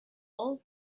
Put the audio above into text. all